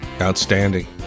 Outstanding